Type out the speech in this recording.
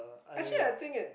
actually I think it